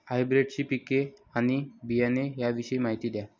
हायब्रिडची पिके आणि बियाणे याविषयी माहिती द्या